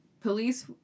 Police